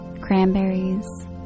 cranberries